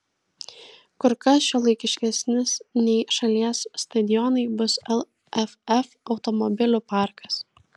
kur kas šiuolaikiškesnis nei šalies stadionai bus lff automobilių parkas